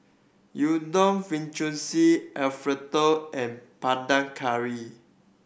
Udon Fettuccine Alfredo and Panang Curry